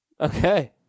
Okay